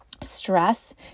Stress